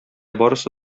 барысы